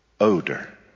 odor